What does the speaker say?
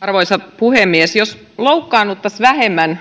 arvoisa puhemies jos loukkaannuttaisiin